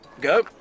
Go